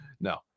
No